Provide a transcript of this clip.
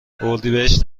اردیبهشت